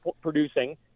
producing